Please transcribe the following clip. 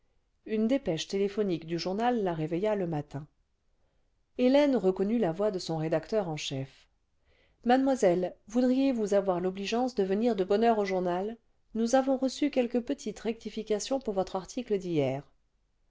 uue dépêche téléphonique du journal la réveilla le matin hélène reconnut la voix de son rédacteur en chef mademoiselle voudriez-vous avoir l'obligeance de venir de bonne heure au journal nous avons reçu quelques petites rectifications pour votre article d'hier